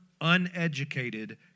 uneducated